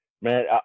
man